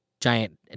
giant